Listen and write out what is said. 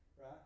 Right